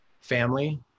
family